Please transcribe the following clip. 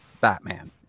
Batman